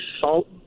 salt